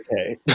okay